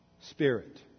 spirit